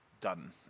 done